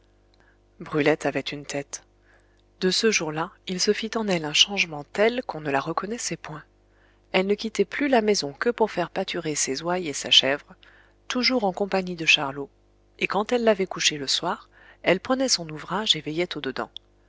brulette avait une tête de ce jour-là il se fit en elle un changement tel qu'on ne la reconnaissait point elle ne quittait plus la maison que pour faire pâturer ses ouailles et sa chèvre toujours en compagnie de charlot et quand elle l'avait couché le soir elle prenait son ouvrage et veillait au dedans